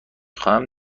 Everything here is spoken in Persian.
خواهم